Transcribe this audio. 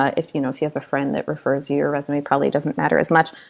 ah if you know if you have a friend that refers you your resume probably doesn't matter as much.